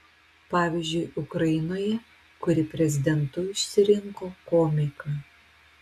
pavyzdžiui ukrainoje kuri prezidentu išsirinko komiką